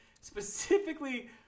specifically